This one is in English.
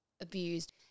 abused